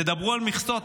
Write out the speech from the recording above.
דברו על מכסות,